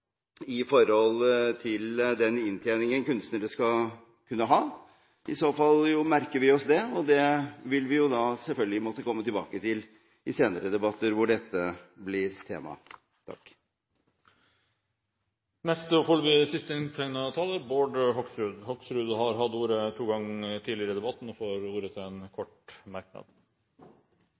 så fall merker vi oss det, og vi vil selvfølgelig måtte komme tilbake til det i senere debatter hvor dette blir tema. Representanten Bård Hoksrud har hatt ordet to ganger tidligere og får ordet til en kort merknad,